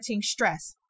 stress